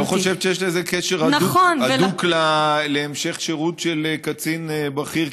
את לא חושבת שיש לזה קשר הדוק להמשך שירות של קצין בכיר,